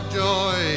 joy